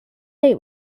day